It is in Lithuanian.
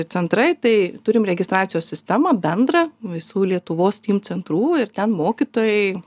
centrai tai turim registracijos sistemą bendrą visų lietuvos steam centrų ir ten mokytojai